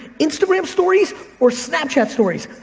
instagram stories or snapchat stories?